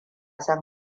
son